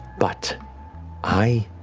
but i